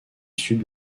sud